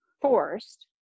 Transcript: forced